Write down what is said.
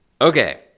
Okay